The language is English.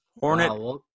Hornet